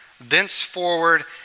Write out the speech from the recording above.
thenceforward